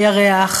הירח,